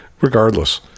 Regardless